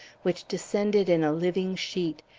which descended in a living sheet,